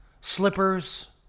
Slippers